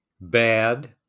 bad